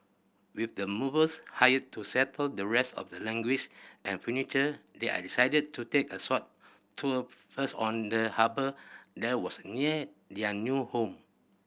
with the movers hired to settle the rest of their and furniture they decided to take a short tour first on the harbour that was near their new home